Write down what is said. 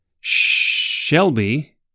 Shelby